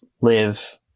live